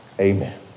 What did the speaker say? amen